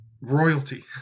royalty